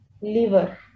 Liver